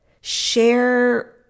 Share